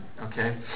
Okay